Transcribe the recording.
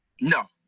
No